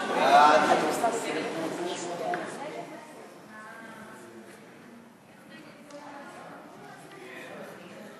הצעת חוק לתיקון פקודת העיריות (מס' 138)